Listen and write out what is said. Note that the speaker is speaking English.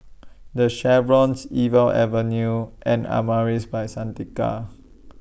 The Chevrons Iqbal Avenue and Amaris By Santika